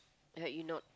had you not